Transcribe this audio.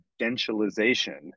credentialization